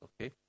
okay